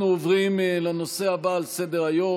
אנחנו עוברים לנושא הבא שעל סדר-היום,